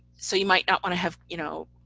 so you might not want to have, you know,